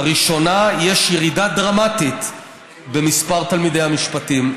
לראשונה יש ירידה דרמטית במספר תלמידי המשפטים.